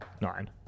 Nine